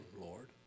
Lord